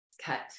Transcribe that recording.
cut